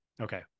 Okay